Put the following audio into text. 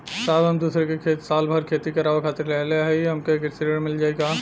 साहब हम दूसरे क खेत साल भर खेती करावे खातिर लेहले हई हमके कृषि ऋण मिल जाई का?